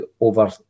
over